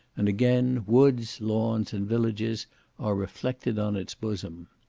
and again woods, lawns, and villages are reflected on its bosom.